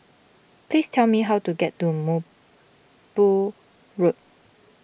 please tell me how to get to Mubu Road